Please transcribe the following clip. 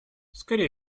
скорее